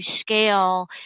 scale